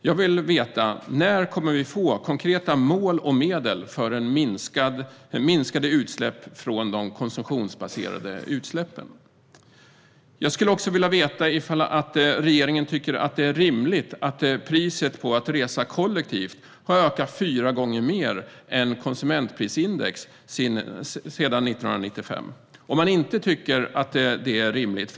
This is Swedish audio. Jag vill veta: När kommer vi att få konkreta mål och medel för minskade utsläpp från de konsumtionsbaserade utsläppen? Jag vill också veta om regeringen tycker att det är rimligt att priset på att resa kollektivt har ökat fyra gånger mer än konsumentprisindex sedan 1995.